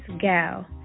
Go